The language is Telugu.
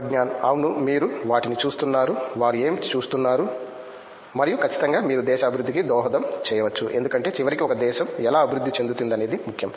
ప్రగ్యాన్ అవును మీరు వాటిని చూస్తున్నారు వారు ఏమి చూస్తున్నారు మరియు ఖచ్చితంగా మీరు దేశ అభివృద్ధికి దోహదం చేయవచ్చు ఎందుకంటే చివరికి ఒక దేశం ఎలా అభివృద్ధి చెందుతుంది అనేది ముఖ్యం